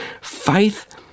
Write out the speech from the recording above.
Faith